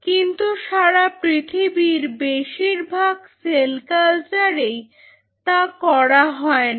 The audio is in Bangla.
কিন্তু সারা পৃথিবীর বেশিরভাগ সেল কালচারেই তা করা হয় না